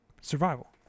survival